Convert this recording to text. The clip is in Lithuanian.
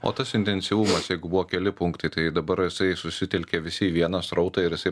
o tas intensyvumas jeigu buvo keli punktai tai dabar jisai susitelkė visi į vieną srautą ir jisai